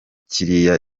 kiriya